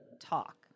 talk